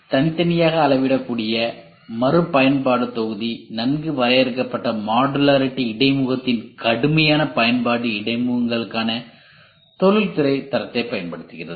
எனவே தனித்தனியாக அளவிடக்கூடிய மறுபயன்பாட்டு தொகுதி நன்கு வரையறுக்கப்பட்ட மாடுலாரிடி இடைமுகத்தின் கடுமையான பயன்பாடு இடைமுகங்களுக்கான தொழில்துறை தரத்தைப் பயன்படுத்துகிறது